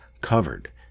covered